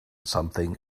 something